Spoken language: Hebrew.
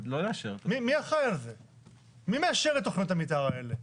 מי מאשר את תוכניות המתאר האלה?